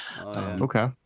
okay